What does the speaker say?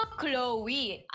Chloe